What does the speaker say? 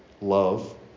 love